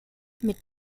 mit